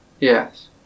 yes